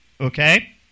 Okay